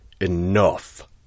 Enough